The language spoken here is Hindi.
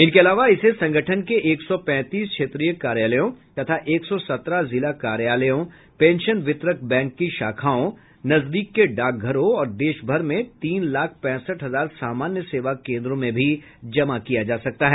इनके अलावा इसे संगठन के एक सौ पैंतीस क्षेत्रीय कार्यालयों तथा एक सौ सत्रह जिला कार्यालयों पेंशन वितरक बैंक की शाखाओं नजदीक के डाकघरों और देशभर में तीन लाख पैंसठ हजार सामान्य सेवा केन्द्रों में भी जमा किया जा सकता है